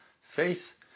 faith